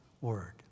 word